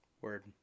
Word